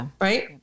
right